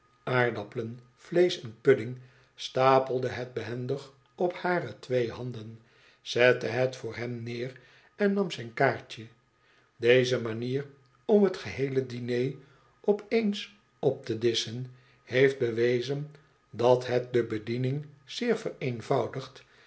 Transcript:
aardappelen vleesch en pudding stapelde het behendig op hare twee handen zette het voor hem neer en nam zijn kaartje deze manier om t geheele diner op eens op te disschen heeft bewezen dat het de bediening zeer vereenvoudigt